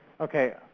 Okay